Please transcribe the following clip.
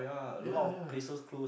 ya ya